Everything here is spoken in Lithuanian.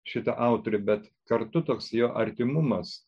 šitą autorių bet kartu toks jo artimumas